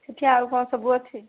ସେଇଠି ଆଉ କ'ଣ ସବୁ ଅଛି